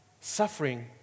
Suffering